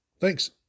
Thanks